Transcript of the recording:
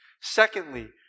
Secondly